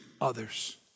others